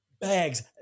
Bags